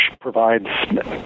provides